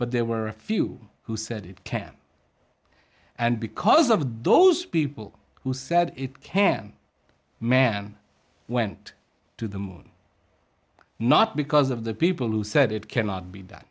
but there were a few who said it can and because of those people who said it can man went to the moon not because of the people who said it cannot be